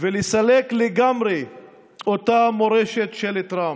ולסלק לגמרי את אותה מורשת של טראמפ.